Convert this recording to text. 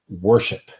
worship